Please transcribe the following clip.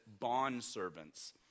bondservants